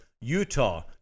Utah